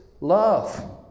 love